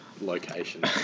location